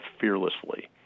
fearlessly